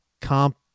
comp